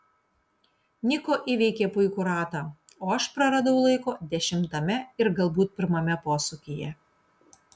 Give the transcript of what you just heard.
niko įveikė puikų ratą o aš praradau laiko dešimtame ir galbūt pirmame posūkyje